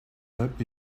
help